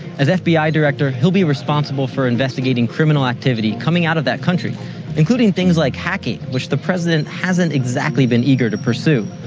as fbi director, he'll be responsible for investigating criminal activity coming out of that country including things like hacking, which the president hasn't exactly been eager to pursue.